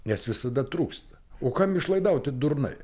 nes visada trūksta o kam išlaidauti durnai